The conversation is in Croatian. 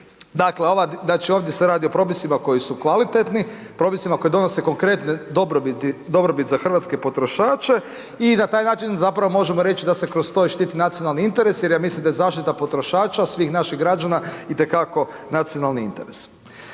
znači ovdje se radi o propisima koji su kvalitetni, propisima koji donose konkretne dobrobiti, dobrobit za hrvatske potrošače i na taj način zapravo možemo reći da se kroz to i štiti nacionalni interes jer ja mislim da je zaštita potrošača svih naših građana i te kako nacionalni interes.